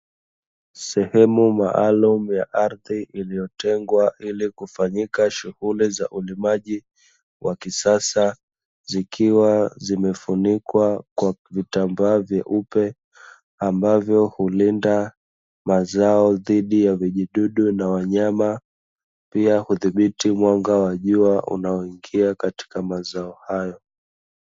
Sehemu maalumu ya ardhi iliyotengwa ili kufanyika shughuli za ulimaji wa kisasa, zikiwa zimefunikwa kwa vitambaa vyeupe ambavyo hulinda mazao dhidi ya vijidudu na wanyama pia hudhibiti mwanga wa jua unaoingia katika mazao hayo.